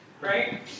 Right